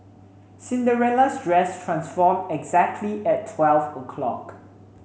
Cinderella's dress transformed exactly at twelve o'clock